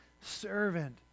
servant